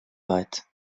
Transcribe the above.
weit